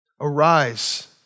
Arise